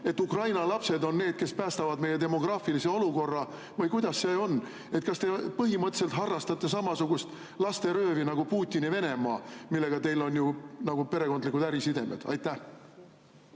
et Ukraina lapsed on need, kes päästavad meie demograafilise olukorra, või kuidas sellega on? Kas te põhimõtteliselt harrastate samasugust lasteröövi nagu Putini Venemaa, millega teil on ju nagu perekondlikud ärisidemed? Aitäh!